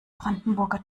brandenburger